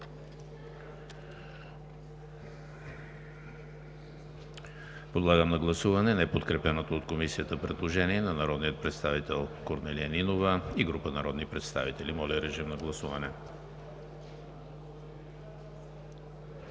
Подлагам на гласуване неподкрепеното от Комисията предложение на народния представител Корнелия Нинова и група народни представители. Гласували